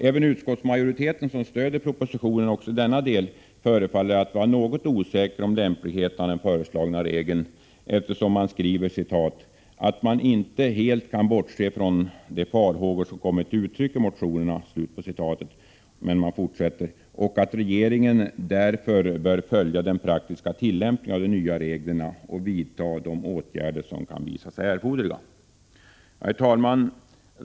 Även utskottsmajoriteten, som stöder propositionen också i denna del, förefaller att vara något osäker om lämpligheten av den föreslagna regeln eftersom man skriver: ”Det sagda innebär dock inte att man helt kan bortse från de farhågor som kommit till uttryck i motionerna. Utskottet utgår därför från att regeringen kommer att följa den praktiska tillämpningen av den nya regeln och vidtar de åtgärder som kan visa sig erforderliga.” Herr talman!